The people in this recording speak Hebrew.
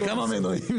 אז זה כמה מנועים.